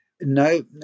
No